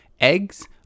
eggs